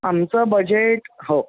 आमचं बजेट हो